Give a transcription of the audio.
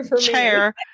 chair